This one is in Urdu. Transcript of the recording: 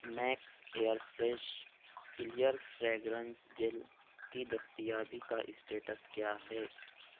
Max air fresh clear fragrance gel کی دستیابی کا اسٹیٹس کیا ہے